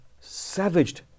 savaged